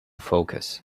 focus